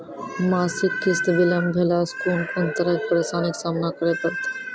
मासिक किस्त बिलम्ब भेलासॅ कून कून तरहक परेशानीक सामना करे परतै?